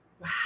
Wow